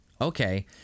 Okay